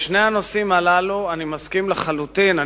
בשני הנושאים הללו אני מסכים לחלוטין,